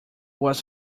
was